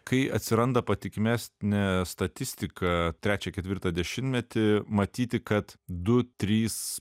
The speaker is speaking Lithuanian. kai atsiranda patikimesnė statistika trečią ketvirtą dešimtmetį matyti kad du trys